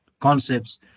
concepts